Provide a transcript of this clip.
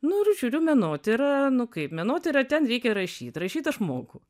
nu ir žiūriu menotyra nu kaip menotyra ten reikia rašyt rašyt aš moku